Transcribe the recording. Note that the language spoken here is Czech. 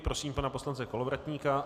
Prosím pana poslance Kolovratníka.